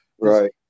right